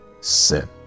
sin